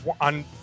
on